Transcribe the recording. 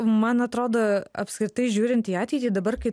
man atrodo apskritai žiūrint į ateitį dabar kai